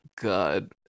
God